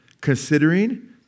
considering